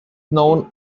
known